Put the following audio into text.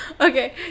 Okay